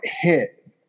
hit